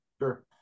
Sure